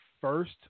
first